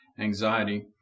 anxiety